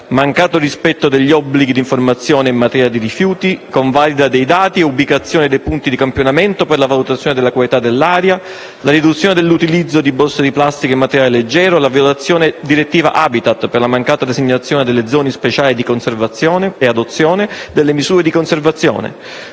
mancato rispetto degli obblighi di informazione in materia di rifiuti, convalida dei dati e ubicazione dei punti di campionamento per la valutazione della qualità dell'aria, riduzione dell'utilizzo di buste di plastica in materiale leggero, violazione della direttiva habitat per la mancata designazione delle zone speciali di conservazione e adozione delle misure di conservazione,